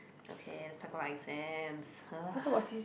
okay let's talk about exams ugh